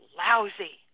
lousy